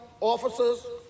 officers